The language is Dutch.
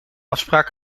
afspraak